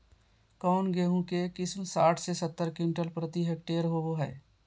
कौन गेंहू के किस्म साठ से सत्तर क्विंटल प्रति हेक्टेयर होबो हाय?